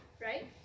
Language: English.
right